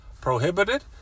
prohibited